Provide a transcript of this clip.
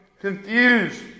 confused